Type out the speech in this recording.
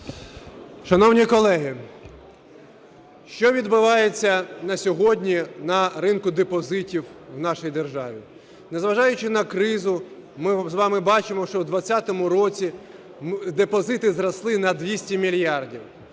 Шановні колеги, що відбувається на сьогодні на ринку депозитів у нашій державі? Незважаючи на кризу, ми з вами бачимо, що в 20-му році депозити зросли на 200 мільярдів.